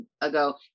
ago